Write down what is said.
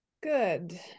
Good